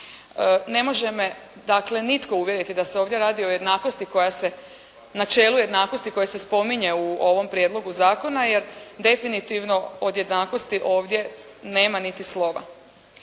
Ne može me dakle nitko uvjeriti da se ovdje radi o jednakosti koja se spominje u ovom prijedlogu zakona, jer definitivno od jednakosti ovdje nama niti slova.